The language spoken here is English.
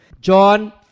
John